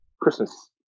Christmas